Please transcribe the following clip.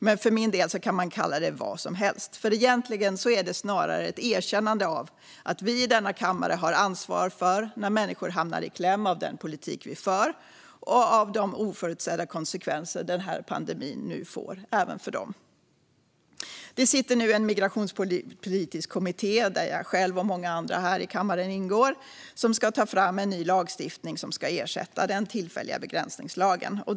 Men för min del kan man kalla det för vad som helst. För egentligen är det snarare ett erkännande av att vi i denna kammare har ansvar för människor när de kommer i kläm på grund av den politik som vi för och för de oförutsedda konsekvenser som denna pandemi nu får även för dem. Det har tillsatts en migrationspolitisk kommitté, där jag själv och många andra här i kammaren ingår, som ska ta fram en ny lagstiftning som ska ersätta den tillfälliga begränsningslagen.